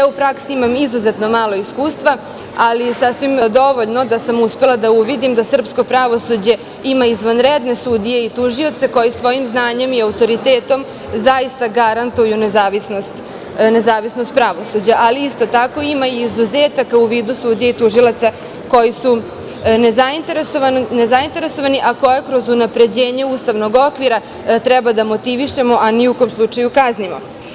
U praksi imam izuzetno malo iskustva, ali sasvim dovoljno da sam uspela da uvidim da srpsko pravosuđe ima izvanredne sudije i tužioce koji svojim znanjem i autoritetom zaista garantuju nezavisnost pravosuđa, ali isto tako ima izuzetaka u vidu sudija i tužilaca koji su nezainteresovani, a koje kroz unapređenje ustavnog okvira treba da motivišemo, a ni u kom slučaju kaznimo.